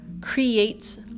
creates